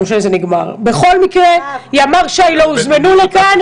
בכל מקרה, ימ"ר ש"י לא הוזמנו לכאן.